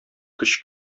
көч